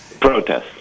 Protests